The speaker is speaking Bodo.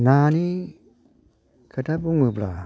नानि खोथा बुङोब्ला